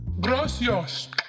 Gracias